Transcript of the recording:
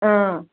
অ